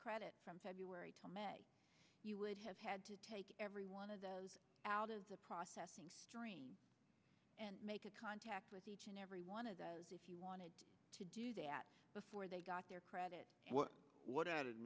credit from february to may you would have had to take every one of those out of the processing stream and make a contact with each and every one of those if you wanted to do that before they got their credit what a